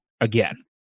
again